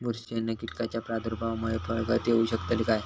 बुरशीजन्य कीटकाच्या प्रादुर्भावामूळे फळगळती होऊ शकतली काय?